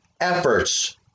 efforts